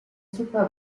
super